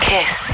Kiss